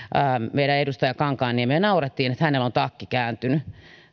meidän edustaja kankaanniemeen naurettiin että hänellä on takki kääntynyt